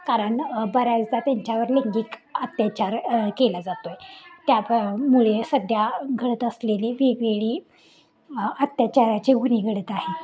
कारण बऱ्याचदा त्यांच्यावर लैंगिक अत्याचार केला जातो आहे त्या प मुळे सध्या घडत असलेली वेगळी अत्याचाराची उलगडत आहे